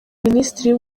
minisitiri